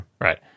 Right